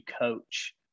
coach